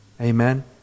amen